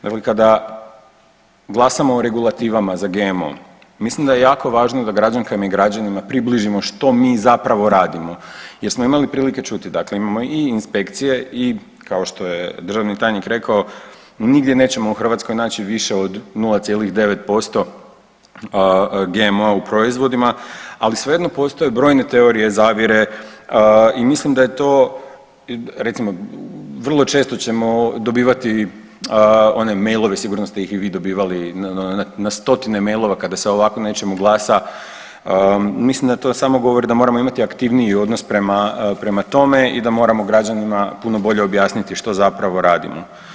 Dakle, kada glasamo o regulativama za GMO mislim da je jako važno da građankama i građanima približimo što mi zapravo radimo jer smo imali prilike čuti dakle imamo i inspekcije i kao što je državni tajnik rekao nigdje nećemo u Hrvatskoj naći više od 0,9% GMO-a u proizvodima, ali svejedno postoje brojne teorije zavjere i mislim da je to, recimo vrlo često ćemo dobivati one mailove sigurno ste ih i vi dobivali, na stotine mailova kada se o ovako nečemu glasa, mislim da to samo govori da moramo imati aktivniji odnos prema, prema tome i da moramo građanima puno bolje objasniti što zapravo radimo.